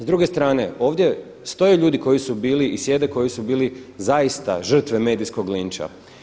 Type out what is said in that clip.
S druge strane, ovdje stoje ljudi koji su bili i sjede koji su bili zaista žrtve medijskog linča.